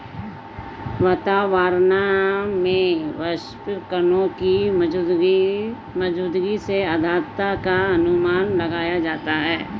वातावरण में वाष्पकणों की मौजूदगी से आद्रता का अनुमान लगाया जाता है